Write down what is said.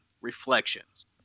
...reflections